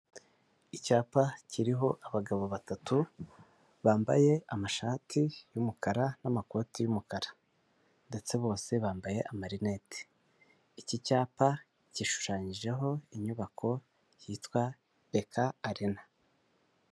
Icyapa kiriho abagabo batatu bambaye amashati y'umukara n'amakoti y'umukara ndetse bose bambaye amarineti. Iki cyapa gishushanyijeho inyubako yitwa beka arena.